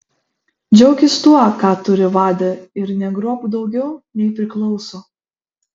džiaukis tuo ką turi vade ir negrobk daugiau nei priklauso